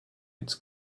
its